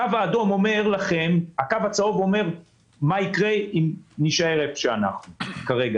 הקו הצהוב אומר מה יקרה אם נישאר איפה שאנחנו כרגע.